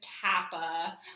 kappa